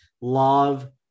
love